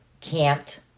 camped